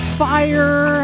fire